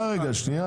--- שנייה,